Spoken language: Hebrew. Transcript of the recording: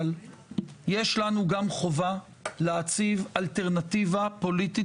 צה"ל יש לנו גם חובה להציב אלטרנטיבה פוליטית